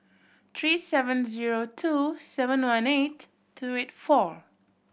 three seven zero two seven one eight two eight four